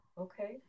okay